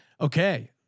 Okay